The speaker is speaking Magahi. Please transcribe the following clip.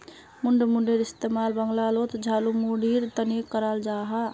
मुड़मुड़ेर इस्तेमाल बंगालोत झालमुढ़ीर तने कराल जाहा